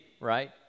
right